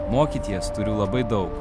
mokyties turiu labai daug